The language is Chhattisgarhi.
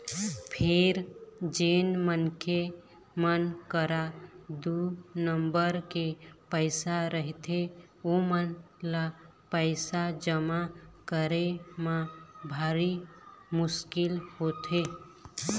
फेर जेन मनखे मन करा दू नंबर के पइसा रहिथे ओमन ल पइसा जमा करे म भारी मुसकिल होथे